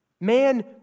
Man